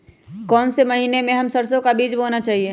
कौन से महीने में हम सरसो का बीज बोना चाहिए?